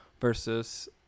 versus